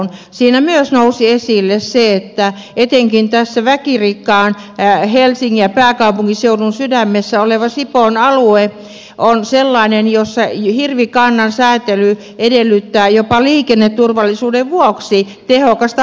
siinä myös nousi esille se että etenkin tässä väkirikkaan helsingin ja pääkaupunkiseudun sydämessä oleva sipoon alue on sellainen jolla hirvikannan säätely edellyttää jopa liikenneturvallisuuden vuoksi tehokasta harventamista